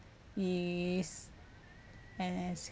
is as